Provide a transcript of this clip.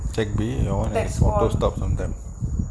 take B and all that good stock from them